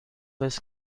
his